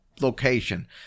location